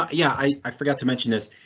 um yeah i i forgot to mention this.